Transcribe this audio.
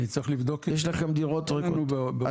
בגלל זה הגדלנו את תקציב הרכש לדירה מ-1.75 ל-2.3 מיליון.